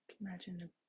Imagine